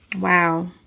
Wow